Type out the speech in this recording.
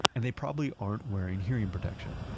and they probably aren't wearing hearing protection,